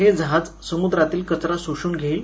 हे जहाज समुद्रातील कचरा शोषून घेईल